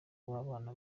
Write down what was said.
w’abana